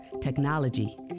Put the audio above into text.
technology